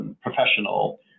professional